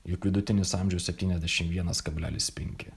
juk vidutinis amžius septyniasdešim vienas kablelis penki